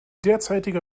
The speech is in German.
derzeitige